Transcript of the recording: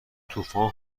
طوفان